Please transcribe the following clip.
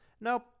Nope